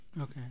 Okay